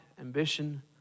ambition